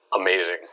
amazing